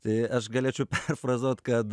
tai aš galėčiau perfrazuot kad